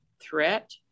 threat